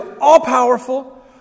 all-powerful